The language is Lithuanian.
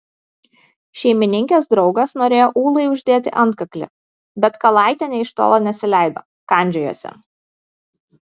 šeimininkės draugas norėjo ūlai uždėti antkaklį bet kalaitė nė iš tolo nesileido kandžiojosi